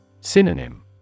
Synonym